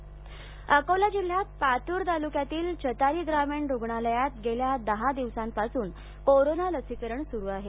लस गहाळ अकोला जिल्हयात पातूर तालुक्यातील चतारी ग्रामीण रूग्णालयात गेल्या दहा दिवसापासून कोरोना लसीकरण सुरू आहे